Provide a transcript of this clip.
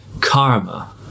karma